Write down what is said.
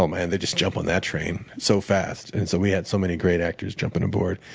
oh, man, they just jump on that train so fast. and so we had so many great actors jumping onboard.